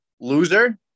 Loser